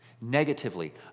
negatively